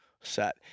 set